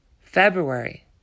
February